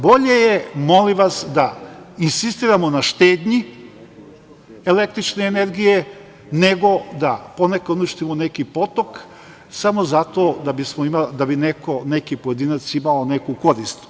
Bolje je, molim vas, da insistiramo na štednji električne energije, nego da ponekad uništimo neki potok samo zato da bi neki pojedinac imao neku korist.